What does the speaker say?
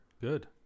Good